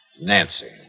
Nancy